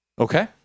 Okay